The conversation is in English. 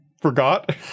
forgot